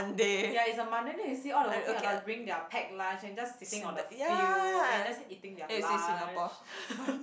ya is a Monday then you see all the working adult bringing their packed lunch and just sitting on the field then just eating their lunch